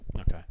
Okay